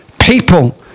people